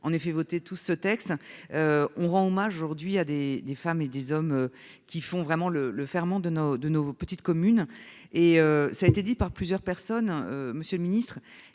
en effet voter tout ce texte. On rend hommage aujourd'hui à des, des femmes et des hommes qui font vraiment le, le ferment de nos, de nos petites communes et ça a été dit par plusieurs personnes. Monsieur le Ministre,